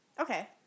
Okay